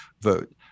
vote